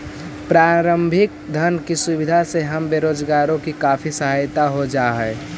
प्रारंभिक धन की सुविधा से हम बेरोजगारों की काफी सहायता हो जा हई